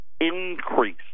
increase